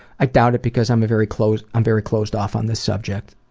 i doubt it, because i'm very closed um very closed off on this subject.